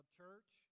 church